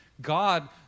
God